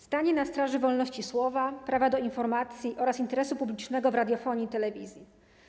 Stanie na straży wolności słowa, prawa do informacji oraz interesu publicznego w radiofonii i telewizji.